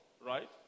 right